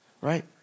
right